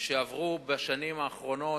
שהיו בשנים האחרונות.